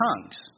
tongues